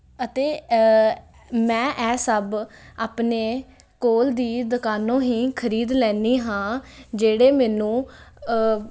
ਅਤੇ ਮੈਂ ਇਹ ਸਭ ਆਪਣੇ ਕੋਲ ਦੀ ਦੁਕਾਨੋ ਹੀ ਖਰੀਦ ਲੈਂਦੀ ਹਾਂ ਜਿਹੜੇ ਮੈਨੂੰ